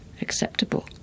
acceptable